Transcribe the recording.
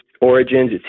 origins